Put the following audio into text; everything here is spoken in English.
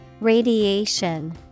Radiation